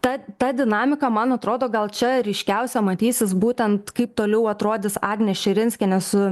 ta ta dinamika man atrodo gal čia ryškiausia matysis būtent kaip toliau atrodys agnė širinskienė su